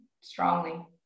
strongly